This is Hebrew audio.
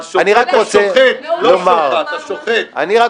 אני מברך את השרה משום שההחלטה של השרה זאת הבעת